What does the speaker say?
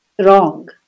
wrong